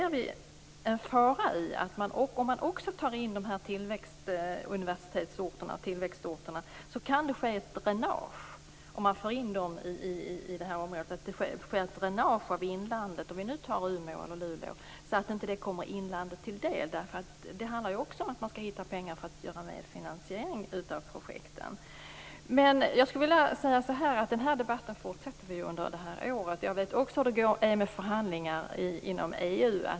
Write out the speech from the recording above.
Om man tar in de här universitetsorterna, tillväxtorterna, t.ex. Umeå eller Luleå, i det här området kan det ske ett dränage av inlandet så att resurserna inte kommer inlandet till del. Det handlar också om att man skall hitta pengar till finansiering av projekten. Jag skulle vilja säga så här: Den här debatten fortsätter vi under det här året. Jag vet också hur det är med förhandlingar inom EU.